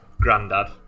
grandad